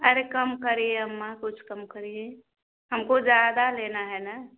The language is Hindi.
अरे कम करिए अम्मा कुछ कम करिए हमको ज़्यादा लेना है ना